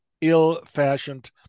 ill-fashioned